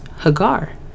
Hagar